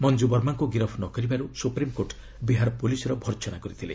ମଞ୍ଜୁ ବର୍ମାଙ୍କୁ ଗିରଫ ନ କରିବାରୁ ସୁପ୍ରିମ୍କୋର୍ଟ ବିହାର ପୁଲିସ୍ର ଭର୍ସନା କରିଥିଲେ